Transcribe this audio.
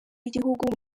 w’igihugu